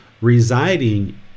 residing